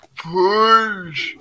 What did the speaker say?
push